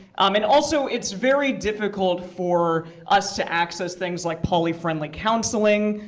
i mean also, it's very difficult for us to access things like poly-friendly counseling,